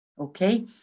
Okay